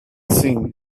seen